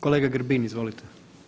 Kolega Grbin, izvolite.